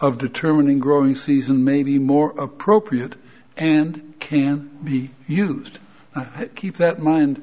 of determining growing season may be more appropriate and can be used to keep that min